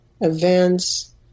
events